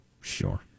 Sure